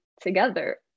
together